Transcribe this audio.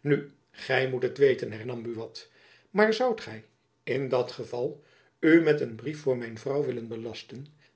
nu gy moet het weten hernam buat maar zoudt gy in dat geval u met een brief voor mijn vrouw willen belasten